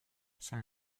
saint